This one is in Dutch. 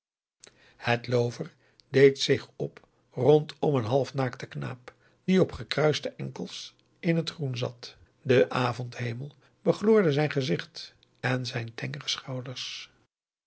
het loover deed zich op rondom een half naakten knaap die op gekruiste enkels in het groen zat de avondhemel begloorde zijn gezicht en zijn tengere